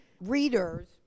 readers